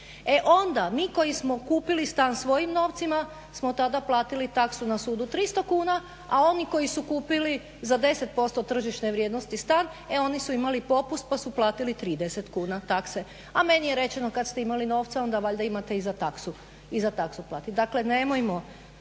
E onda mi koji smo kupili stan svojim novcima smo tada platili taksu na sudu 300kn a oni koji su kupili za 10% tržišne vrijednosti stan e oni su imali popust pa su platili popust pa su platili 30kn takse. A meni je rečeno kada ste imali novaca onda valjda imate i za taksu platiti.